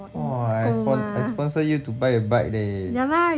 !wah! I spon~ I sponsor you to buy a bike leh